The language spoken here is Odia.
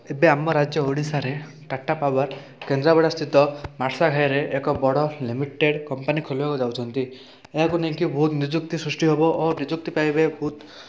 ଏବେ ଆମ ରାଜ୍ୟ ଓଡ଼ିଶାରେ ଟାଟା ପାୱାର କେନ୍ଦ୍ରାପଡ଼ା ସ୍ଥିତ ମାର୍ସଘାଇରେ ଏକ ବଡ଼ ଲିମିଟେଡ଼୍ କମ୍ପାନୀ ଖୋଲିବାକୁ ଯାଉଛନ୍ତି ଏହାକୁ ନେଇକି ବହୁତ ନିଯୁକ୍ତି ସୃଷ୍ଟି ହେବ ଓ ନିଯୁକ୍ତି ପାଇବେ ବହୁତ